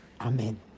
Amen